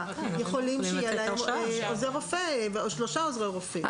יכולים שיהיה להם עוזר רופא או שלושה עוזרי רופא.